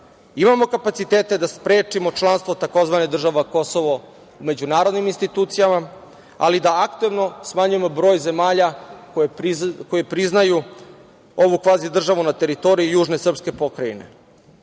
imamo kapacitete da sprečimo članstvo tzv. država Kosovo međunarodnim institucijama ali da aktivno smanjimo broj zemalja koji priznaju ovu kvazi državu na teritoriji južne srpske pokrajine. Ostaje